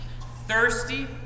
thirsty